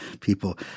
people